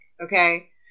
okay